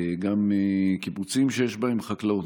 גם קיבוצים שיש בהם חקלאות,